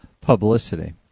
publicity